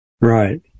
Right